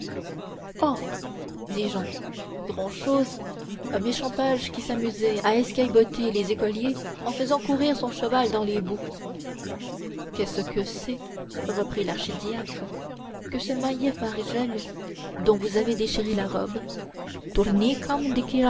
dit jehan grand-chose un méchant page qui s'amusait à escailbotter les écoliers en faisant courir son cheval dans les boues qu'est-ce que c'est reprit l'archidiacre que ce mahiet fargel dont vous avez déchiré la robe